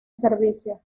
servicio